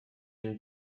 une